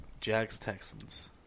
Jags-Texans